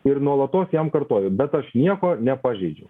ir nuolatos jam kartoju bet aš nieko nepažeidžiu